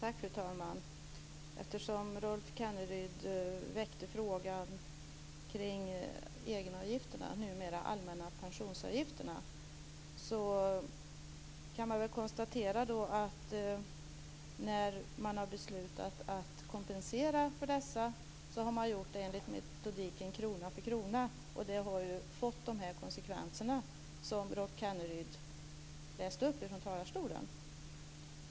Fru talman! Eftersom Rolf Kenneryd väckte frågan kring egenavgifterna, numera allmänna pensionsavgifterna, kan jag konstatera att när man nu har beslutat att kompensera för dessa har man gjort det enligt metodiken krona för krona, och det har fått dessa konsekvenser som Rolf Kenneryd redogjorde för.